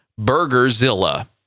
Burgerzilla